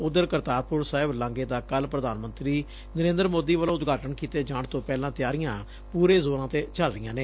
ਉਧਰ ਕਰਤਾਰਪੁਰ ਸਾਹਿਬ ਲਾਂਘੇ ਦਾ ਕੱਲੂ ਪ੍ਧਾਨ ਮੰਤਰੀ ਨਰੇਦਰ ਮੋਦੀ ਵਲੋ ਉਦਘਾਟਨ ਕੀਤੇ ਜਾਣ ਤੋ ਪਹਿਲਾਂ ਤਿਆਰੀਆਂ ਪੁਰੇ ਜ਼ੋਰਾਂ ਤੇ ਚਲ ਰਹੀਆਂ ਨੇ